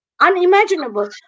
unimaginable